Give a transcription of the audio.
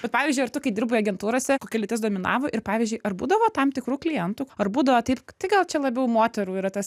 bet pavyzdžiui ar tu kai dirbai agentūrose kokia lytis dominavo ir pavyzdžiui ar būdavo tam tikrų klientų ar būdavo taip tai gal čia labiau moterų yra tas